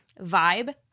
vibe